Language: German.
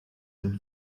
sind